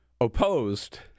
opposed